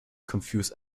confuse